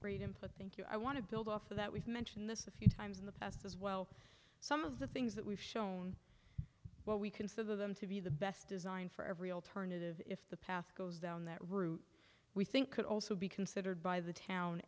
problems at once but thank you i want to build off of that we've mentioned this a few times in the past as well some of the things that we've shown what we consider them to be the best design for every alternative if the path goes down that route we think could also be considered by the town